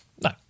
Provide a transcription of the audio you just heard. no